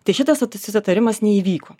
tai šitas susitarimas neįvyko